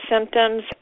symptoms